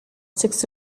six